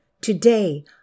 today